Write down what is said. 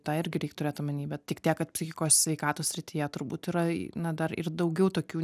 tą irgi reik turėt omeny bet tik tiek kad psichikos sveikatos srityje turbūt yra na dar ir daugiau tokių